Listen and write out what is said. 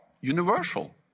universal